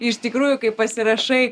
iš tikrųjų kai pasirašai